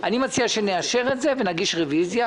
אנשים אומרים "לא" לקיצור תורים במערכת הבריאות,